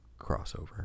crossover